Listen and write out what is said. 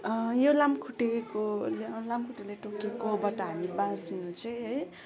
यो लामखुट्टेको लामखुट्टेले टोकेकोबाट हामी बाँच्नु चाहिँ है